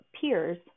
peers